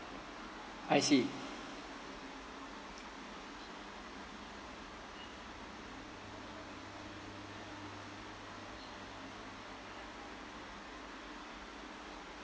I see